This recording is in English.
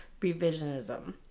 revisionism